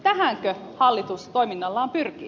tähänkö hallitus toiminnallaan pyrkii